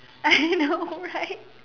I know right